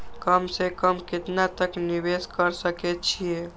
कम से कम केतना तक निवेश कर सके छी ए?